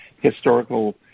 historical